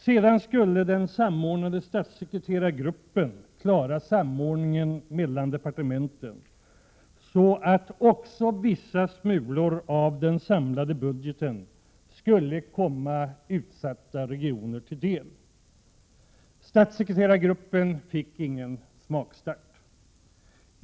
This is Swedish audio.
Sedan skulle den samordnade statssekreterargruppen klara samordningen mellan departementen, så att också vissa smulor av den samlade budgeten skulle komma utsatta regioner till del. Statssekreterargruppen fick ingen smakstart.